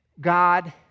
God